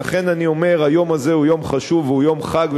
ולכן אני אומר שהיום הזה הוא יום חשוב והוא יום חג,